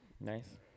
nice